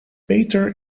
peter